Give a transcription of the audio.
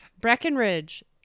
Breckenridge